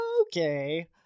okay